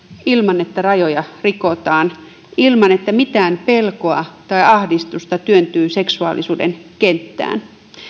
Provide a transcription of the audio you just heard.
ilman että rajoja rikotaan ilman että mitään pelkoa tai ahdistusta työntyy seksuaalisuuden kenttään